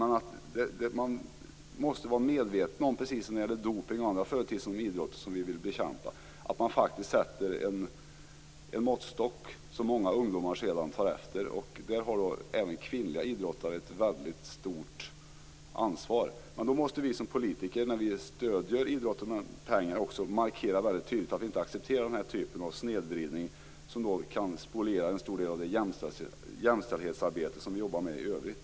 Man måste vara medveten om - precis som när det gäller dopning och andra företeelser inom idrotten som vi vill bekämpa - att man sätter en måttstock som många ungdomar sedan tar efter. Här har även kvinnliga idrottare ett väldigt stort ansvar. Också vi som politiker måste, när vi stöder idrotten med pengar, väldigt tydligt markera att vi inte accepterar den här typen av snedvridning som kan spoliera en stor del av det jämställdhetsarbete som vi bedriver i övrigt.